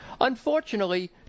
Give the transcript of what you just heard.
Unfortunately